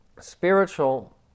spiritual